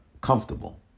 comfortable